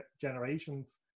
generations